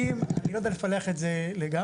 אני לא יודע לפלח את זה לגמרי,